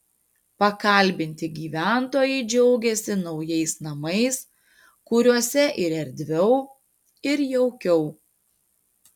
pakalbinti gyventojai džiaugėsi naujais namais kuriuose ir erdviau ir jaukiau